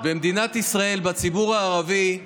במדינת ישראל, בציבור הערבי,